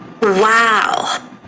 Wow